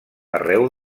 arreu